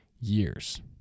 years